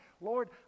Lord